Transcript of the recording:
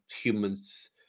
humans